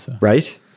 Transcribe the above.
right